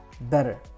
better